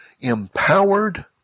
empowered